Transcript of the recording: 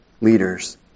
leaders